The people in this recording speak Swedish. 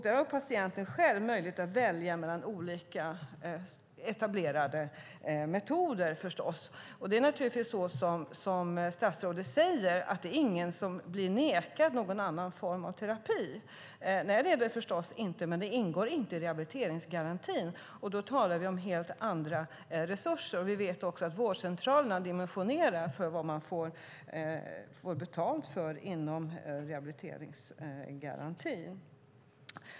Där har patienten själv möjlighet att välja mellan olika etablerade metoder. Det är naturligtvis som statsrådet säger, nämligen att ingen blir nekad någon annan form av terapi. Nej, det är det förstås inte. Men det ingår inte i rehabiliteringsgarantin, och då talar vi om helt andra resurser. Vi vet också att vårdcentralerna dimensionerar för vad de får betalt för inom rehabiliteringsgarantin.